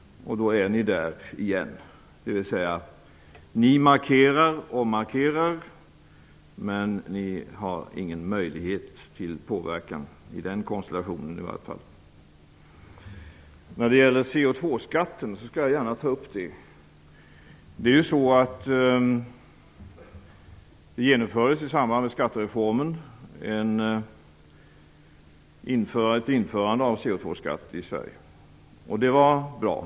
Och då är ni i Vänsterpartiet där igen, dvs. ni markerar och markerar, men ni har ingen möjlighet till påverkan -- i varje fall inte i den konstellationen. Jag tar gärna upp frågan om CO2-skatten. I samband med skattereformen genomfördes ett införande av CO2-skatt i Sverige; det var bra.